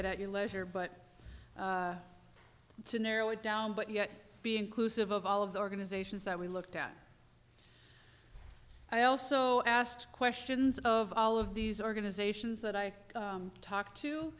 at at your leisure but to narrow it down but yet be inclusive of all of the organizations that we looked at i also asked questions of all of these organizations that i talked to